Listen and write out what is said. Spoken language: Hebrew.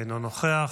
אינו נוכח,